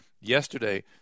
yesterday